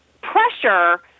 pressure